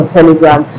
Telegram